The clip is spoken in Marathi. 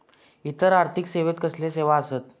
इतर आर्थिक सेवेत कसले सेवा आसत?